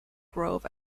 grove